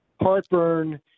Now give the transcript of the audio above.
heartburn